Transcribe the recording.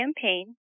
campaign